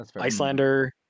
Icelander